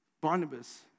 Barnabas